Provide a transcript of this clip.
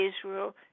Israel